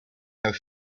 have